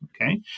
okay